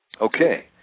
Okay